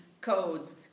Codes